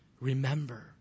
remember